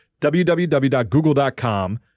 www.google.com